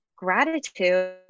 gratitude